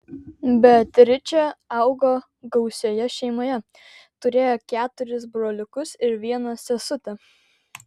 beatričė augo gausioje šeimoje turėjo keturis broliukus ir vieną sesutę